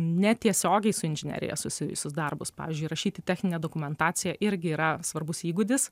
ne tiesiogiai su inžinerija susijusius darbus pavyzdžiui rašyti techninę dokumentaciją irgi yra svarbus įgūdis